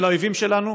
לחמאס ולאויבים שלנו,